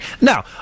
now